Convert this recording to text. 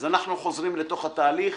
אז אנחנו חוזרים לתוך התהליך.